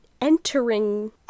entering